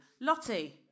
Lottie